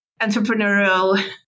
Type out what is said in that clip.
entrepreneurial